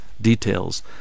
details